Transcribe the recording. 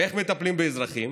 ואיך מטפלים באזרחים?